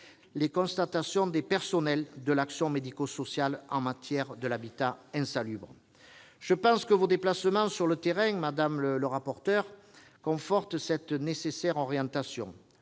les constatations des personnels de l'action médico-sociale en matière d'habitat insalubre. Je pense que vos déplacements sur le terrain, madame le rapporteur, confortent cette nécessaire orientation.